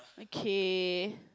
okay